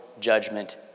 judgment